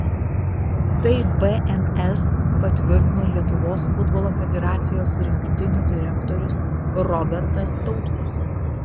tai bns patvirtino lietuvos futbolo federacijos rinktinių direktorius robertas tautkus